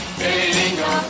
bingo